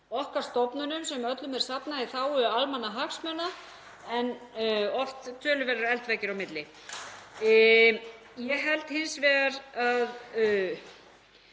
okkar stofnunum sem öllum er safnað í þágu almannahagsmuna en oft töluverðir eldveggir á milli. Ég verð líka að